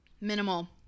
Minimal